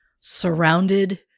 surrounded